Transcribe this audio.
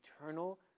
eternal